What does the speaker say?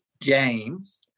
James